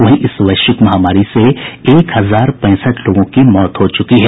वहीं इस वैश्विक महामारी से एक हजार पैंसठ लोगों की मौत हो चुकी है